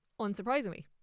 unsurprisingly